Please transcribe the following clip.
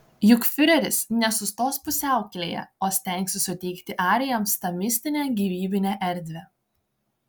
juk fiureris nesustos pusiaukelėje o stengsis suteikti arijams tą mistinę gyvybinę erdvę